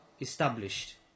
established